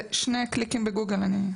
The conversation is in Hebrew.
זה שני קליקים בגוגל.